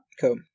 Cool